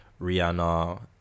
Rihanna